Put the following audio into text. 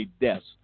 deaths